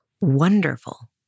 wonderful